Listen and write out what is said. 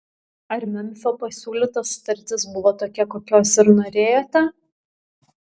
ar memfio pasiūlyta sutartis buvo tokia kokios ir norėjote